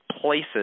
places